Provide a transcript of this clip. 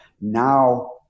Now